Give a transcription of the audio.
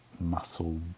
muscle